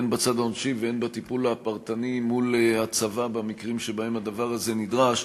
הן בצד העונשי והן בטיפול הפרטני מול הצבא במקרים שבהם הדבר הזה נדרש,